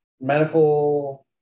medical